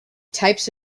types